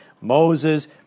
Moses